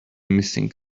missing